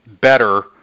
better